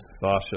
Sasha